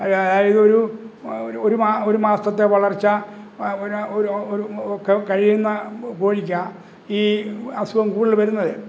അതായത് ഒരു ഒരു മാസത്തെ വളര്ച്ച ഒരു ഒരു കഴിയുന്ന കോഴിക്കാണ് ഈ അസുഖം കൂടുതൽ വരുന്നത്